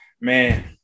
Man